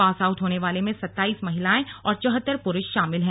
pass out होने वालों में सत्ताइस महिलाएं और चौहत्तर पुरूष शामिल हैं